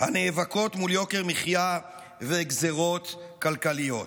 הנאבקות ביוקר מחיה וגזרות כלכליות.